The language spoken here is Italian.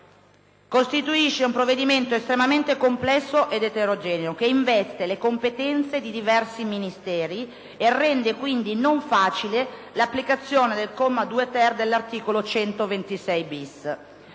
riunite, costituisce un provvedimento estremamente complesso ed eterogeneo, che investe le competenze di diversi Ministeri e rende quindi non facile l'applicazione del comma 2*‑ter* dell'articolo 126*‑bis*.